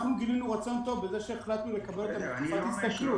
אנחנו גילינו רצון טוב בזה שהחלטנו לקבל אותם לתקופת הסתכלות,